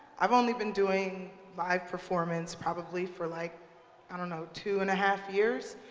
i've only been doing live performance probably for like i don't know two and a half years.